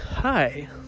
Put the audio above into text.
Hi